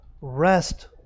rest